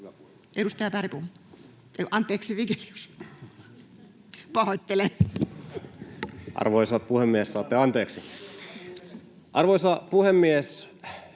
Arvoisa puhemies,